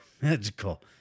Magical